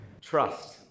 Trust